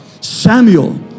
Samuel